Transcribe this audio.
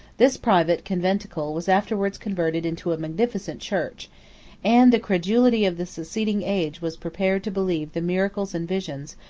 this private conventicle was afterwards converted into a magnificent church and the credulity of the succeeding age was prepared to believe the miracles and visions,